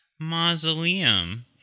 mausoleum